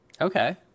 Okay